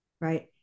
right